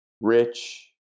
rich